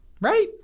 Right